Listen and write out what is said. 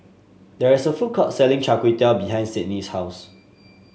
there is a food court selling Char Kway Teow behind Sydnie's house